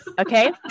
Okay